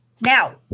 Now